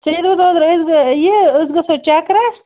ژے دوٚپُتھ اوترٕ أسۍ گٔے یہِ أسۍ گژھو چَکرَس